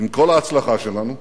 עם כל ההצלחה שלנו,